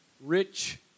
rich